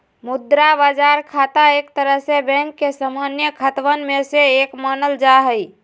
मुद्रा बाजार खाता एक तरह से बैंक के सामान्य खतवन में से एक मानल जाहई